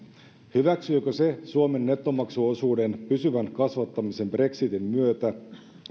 hyväksyykö se suomen nettomaksuosuuden pysyvän kasvattamisen brexitin myötä